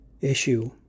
issue